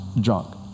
drunk